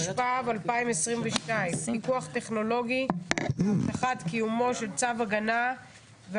התשפ"ב-2022 פיקוח טכנולוגי להבטחת קיומו של צו הגנה,